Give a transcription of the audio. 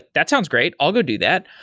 that sounds great. i'll go do that.